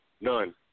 None